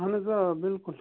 اَہَن حظ آ بِلکُل